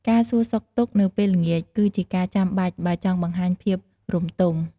ការសួរសុខទុក្ខនៅពេលល្ងាច គឺជាការចាំបាច់ បើចង់បង្ហាញភាពរម្យទម។